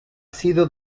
sido